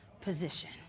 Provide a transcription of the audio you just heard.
position